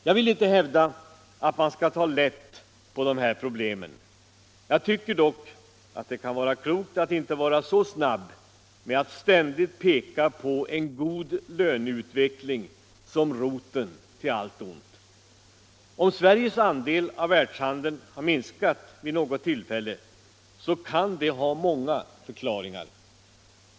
Jag vill inte hävda att man skall ta lätt på det här problemet, men jag tycker det kan vara klokt att inte vara så snabb med att ständigt peka på en god löneutveckling som roten till allt ont. Om Sveriges andel av världshandeln minskar vid något tillfället så kan det ha många förklaringar.